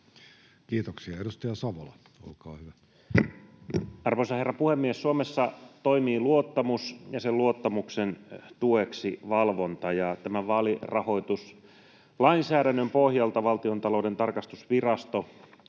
Kiitoksia. — Edustaja Savola, olkaa hyvä. Arvoisa herra puhemies! Suomessa toimii luottamus ja sen luottamuksen tueksi valvonta, ja tämän vaalirahoituslainsäädännön pohjalta Valtiontalouden tarkastusvirasto